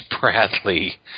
Bradley